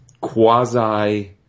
quasi